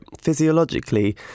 physiologically